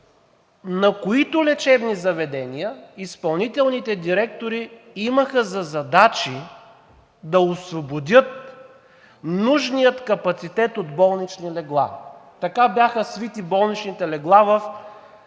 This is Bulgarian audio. на които лечебни заведения изпълнителните директори имаха за задача да освободят нужния капацитет от болнични легла. Така бяха свити болничните легла в посочените